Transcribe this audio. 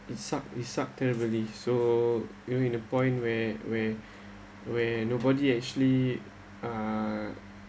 it sucked it sucked terribly so you know in a point where where where nobody actually uh uh